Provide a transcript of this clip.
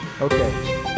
Okay